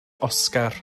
oscar